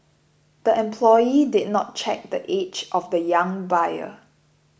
the employee did not check the age of the young buyer